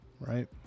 right